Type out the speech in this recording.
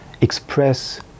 express